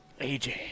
AJ